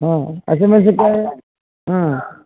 ಹಾಂ ಹಸಿಮೆನ್ಶಿನ್ಕಾಯ್ ಹಾಂ